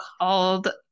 called